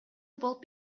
болуп